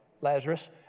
Lazarus